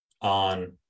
on